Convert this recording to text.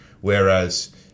whereas